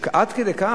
עד כדי כך?